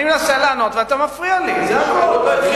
אני מנסה לענות ואתה מפריע לי, זה הכול.